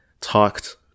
talked